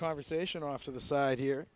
conversation off to the side here